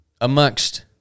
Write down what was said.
amongst